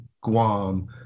Guam